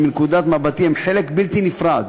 שמנקודת מבטי הם חלק בלתי נפרד